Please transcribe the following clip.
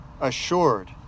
assured